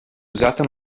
usata